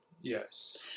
Yes